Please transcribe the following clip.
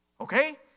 Okay